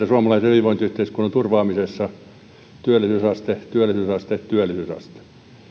suomalaisen hyvinvointiyhteiskunnan turvaamisessa työllisyysaste työllisyysaste työllisyysaste